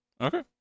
Okay